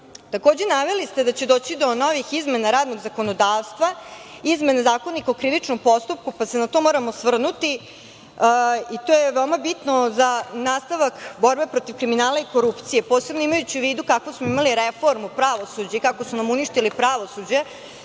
idu. Takođe, naveli ste da će doći do novih izmena radnog zakonodavstva, izmena Zakonika o krivičnom postupku, pa se na to moram osvrnuti i to je veoma bitno za nastavak borbe protiv kriminala i korupcije, posebno imajući u vidu kako smo imali reformu pravosuđa i kako su nam uništili pravosuđe.